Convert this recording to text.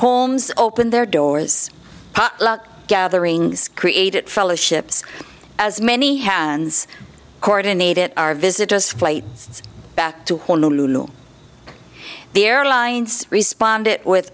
homes open their doors gatherings created fellowships as many hands coordinated our visitors flight back to the airlines respond it with